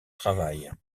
travail